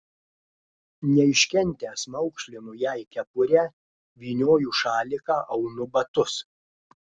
neiškentęs maukšlinu jai kepurę vynioju šaliką aunu batus